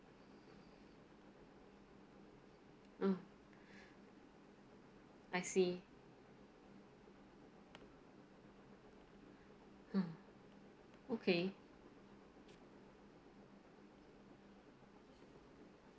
oh I see mm okay